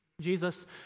Jesus